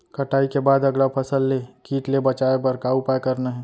कटाई के बाद अगला फसल ले किट ले बचाए बर का उपाय करना हे?